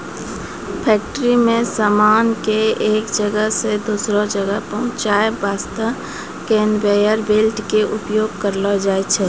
factory मॅ सामान कॅ एक जगह सॅ दोसरो जगह पहुंचाय वास्तॅ कनवेयर बेल्ट के उपयोग करलो जाय छै